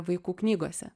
vaikų knygose